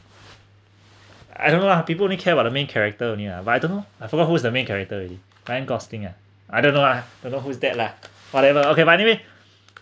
I don't know ah people only care about the main character only ah but I don't know I forgot who's the main character already ryan gosling ah I don't know ah don't know who's that lah whatever okay but anyway